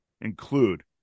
include